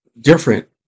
different